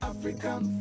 African